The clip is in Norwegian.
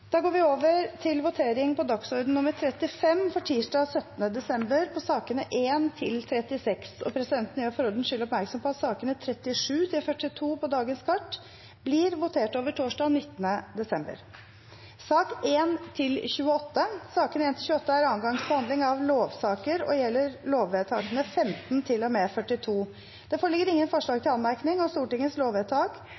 Da går vi over til votering over sakene nr. 1–36 på dagsorden nr. 35, for tirsdag 17. desember. Presidenten gjør for ordens skyld oppmerksom på at sakene nr. 37–42 på dagens kart blir votert over torsdag 19. desember. Sakene nr. 1–28 er andre gangs behandling av lovsaker og gjelder lovvedtakene 15 til og med 42. Det foreligger ingen forslag